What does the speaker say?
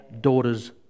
Daughters